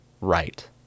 right